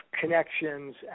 connections